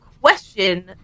question